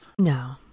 No